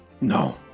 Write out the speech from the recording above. No